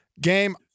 game